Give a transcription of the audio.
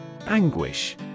Anguish